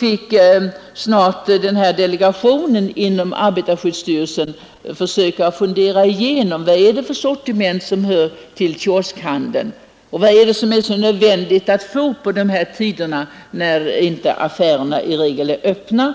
fick den här delegationen inom arbetarskyddsstyrelsen snart försöka fundera igenom vad det är för sortiment som hör till kioskhandeln och vad det är som är så nödvändigt att få köpa på de här tiderna, när affärerna i regel inte är öppna.